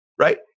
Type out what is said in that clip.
right